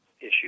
issue